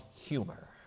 humor